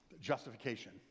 justification